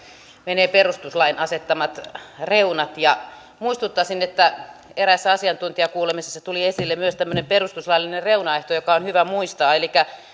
menevät perustuslain asettamat reunat muistuttaisin että eräissä asiantuntijakuulemisissa tuli esille myös tämmöinen perustuslaillinen reunaehto joka on hyvä muistaa elikkä